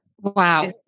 Wow